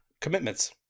commitments